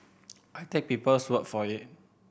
I take people's words for it